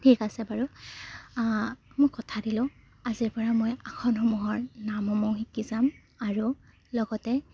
ঠিক আছে বাৰু মই কথা দিলোঁ আজিৰপৰা মই আসনসমূহৰ নামসমূহ শিকি যাম আৰু লগতে